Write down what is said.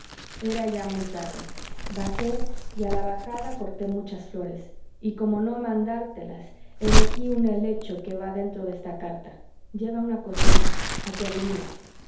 era ya muy tarde bajé y a la bajada corté muchas flores y como no puedo mandártelas elegí un helecho que va dentro de esta carta lleva una cosita a qué adivinas